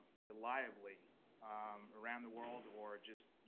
reliably around the world or just,